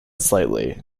slightly